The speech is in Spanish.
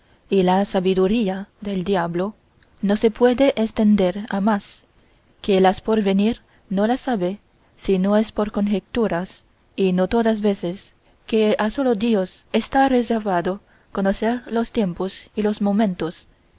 y la sabiduría del diablo no se puede estender a más que las por venir no las sabe si no es por conjeturas y no todas veces que a solo dios está reservado conocer los tiempos y los momentos